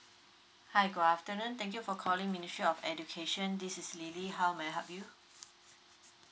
hi good afternoon thank you for calling ministry of education this is lily how may I help you